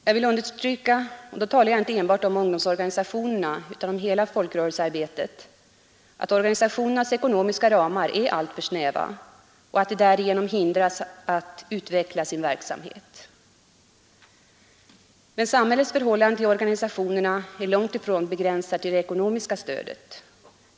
Jag vill understryka — och då talar jag inte enbart om ungdomsorganisationerna utan om hela folkrörelsearbetet — att organisationernas ekonomiska ramar är alltför snäva och att man därigenom hindras att utveckla sin verksamhet. Men samhällets förhållande till organisationerna är långt ifrån begränsat till det ekonomiska stödet.